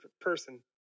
person